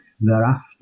Thereafter